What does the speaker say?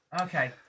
Okay